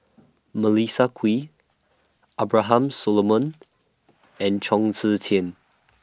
Melissa Kwee Abraham Solomon and Chong Tze Chien